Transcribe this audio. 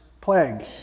plague